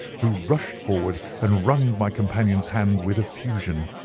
who rushed forward and wrung my companion's hand with effusion.